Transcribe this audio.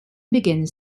begins